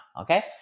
okay